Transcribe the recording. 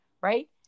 right